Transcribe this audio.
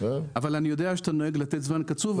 אבל אני יודע שאתה נוהג לתת זמן קצוב.